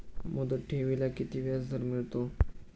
मुदत ठेवीला किती व्याजदर मिळतो?